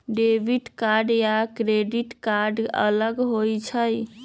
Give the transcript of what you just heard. Debit card या credit card अलग होईछ ई?